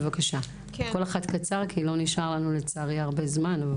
בבקשה, כל אחת קצר כי לא נשאר לנו לצערי הרבה זמן.